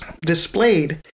displayed